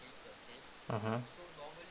mmhmm